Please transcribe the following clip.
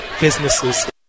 businesses